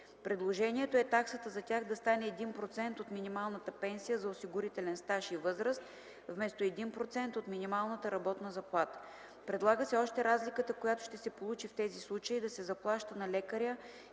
Предложението е таксата за тях да стане 1% от минималната пенсия за осигурителен стаж и възраст вместо 1% от минималната работна заплата. Предлага се още разликата, която ще се получи в тези случаи, да се заплаща на лекаря